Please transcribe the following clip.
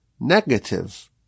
Negative